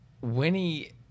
Winnie